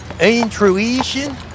Intuition